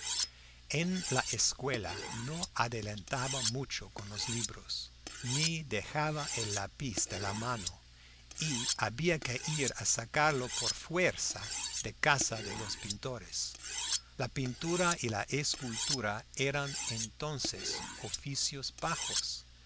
en la escuela no adelantaba mucho con los libros ni dejaba el lápiz de la mano y había que ir a sacarlo por fuerza de casa de los pintores la pintura y la escultura eran entonces oficios bajos